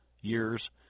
years